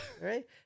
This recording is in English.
Right